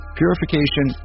purification